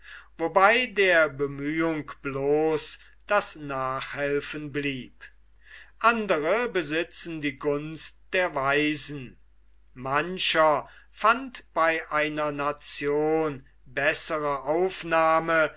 wobei der bemühung bloß das nachhelfen blieb andre besitzen die gunst der weisen mancher fand bei einer nation bessere aufnahme